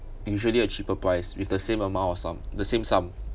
usually a cheaper price with the same amount of sum the same sum